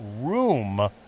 room